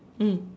mm